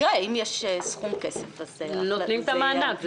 אם יש סכום כסף אז --- נותנים את המענק.